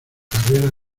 carrera